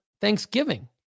Thanksgiving